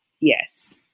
yes